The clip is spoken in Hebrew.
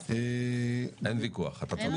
אין ויכוח, אתה צודק.